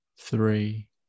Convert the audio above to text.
three